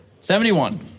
seventy-one